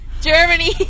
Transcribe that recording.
Germany